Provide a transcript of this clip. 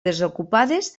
desocupades